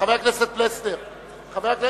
של חברת הכנסת רחל אדטו וקבוצת חברי הכנסת.